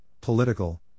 Political